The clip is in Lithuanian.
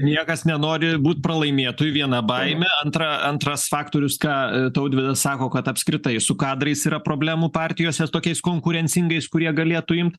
niekas nenori būt pralaimėtoju viena baimė antra antras faktorius ką tautvydas sako kad apskritai su kadrais yra problemų partijose tokiais konkurencingais kurie galėtų imt